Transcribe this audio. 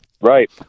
Right